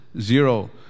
zero